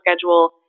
schedule